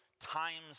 times